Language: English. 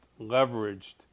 leveraged